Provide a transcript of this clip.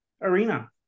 arena